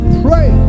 pray